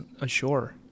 ashore